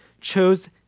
chose